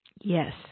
Yes